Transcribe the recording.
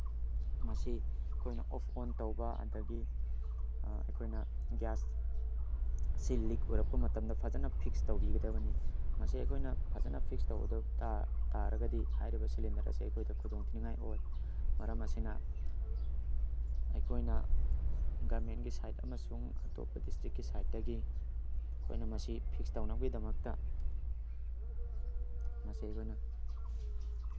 ꯃꯁꯤ ꯑꯩꯈꯣꯏꯅ off on ꯇꯧꯕ ꯑꯗꯨꯗꯒꯤ ꯑꯩꯈꯣꯏꯅ ꯒ꯭ꯌꯥꯁ ꯁꯤ ꯂꯤꯛ ꯑꯣꯏꯔꯛꯄ ꯃꯇꯝꯗ ꯐꯖꯅ ꯐꯤꯛꯁ ꯇꯧꯕꯤꯒꯗꯕꯅꯤ ꯃꯁꯤ ꯑꯩꯈꯣꯏꯅ ꯐꯖꯅ ꯐꯤꯛꯁ ꯇꯧꯗꯕ ꯇꯥꯔꯒꯗꯤ ꯍꯥꯏꯔꯤꯕ ꯁꯤꯂꯤꯟꯗꯔ ꯑꯁꯦ ꯑꯩꯈꯣꯏꯗ ꯈꯨꯗꯣꯡꯊꯤꯅꯤꯉꯥꯏ ꯑꯣꯏ ꯃꯔꯝ ꯑꯁꯤꯅ ꯑꯩꯈꯣꯏꯅ ꯒꯃꯦꯟꯒꯤ ꯁꯥꯏꯠ ꯑꯃꯁꯨꯡ ꯑꯇꯣꯞꯄ ꯗꯤꯁꯇ꯭ꯔꯤꯛꯀꯤ ꯁꯥꯏꯠꯇꯒꯤ ꯑꯩꯈꯣꯏꯅ ꯃꯁꯤ ꯐꯤꯛꯁ ꯇꯧꯅꯕꯒꯤꯗꯃꯛꯇ ꯃꯁꯤ ꯑꯩꯈꯣꯏꯅ